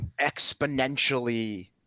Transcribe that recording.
exponentially